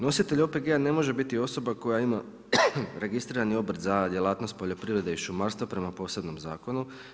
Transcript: Nositelj OPG-a ne može biti osoba koja ima registrirani obrt za djelatnost poljoprivrede i šumarstva prema posebnom zakonu.